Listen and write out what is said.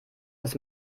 dass